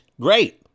great